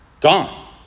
Gone